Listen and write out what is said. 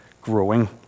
growing